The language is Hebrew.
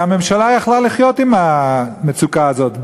והממשלה הייתה יכולה לחיות עם המצוקה הזאת.